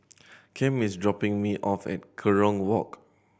Cam is dropping me off at Kerong Walk